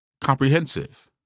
Comprehensive